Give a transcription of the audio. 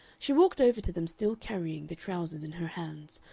she walked over to them still carrying the trousers in her hands,